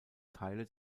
teile